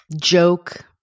joke